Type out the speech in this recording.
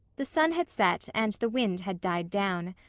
the sun had set and the wind had died down.